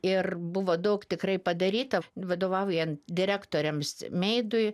ir buvo daug tikrai padaryta vadovaujant direktoriams meidui